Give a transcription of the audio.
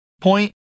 point